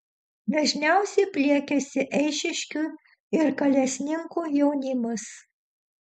dažniausiai pliekiasi eišiškių ir kalesninkų jaunimas